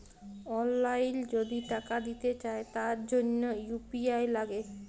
অললাইল যদি টাকা দিতে চায় তার জনহ ইউ.পি.আই লাগে